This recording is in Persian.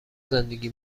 زندگی